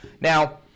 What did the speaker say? Now